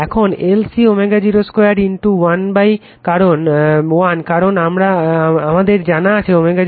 এখন LC ω0 2 1 কারণ আমাদের জানা আছে ω0 1√LC